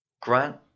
grant